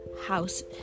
house